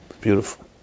beautiful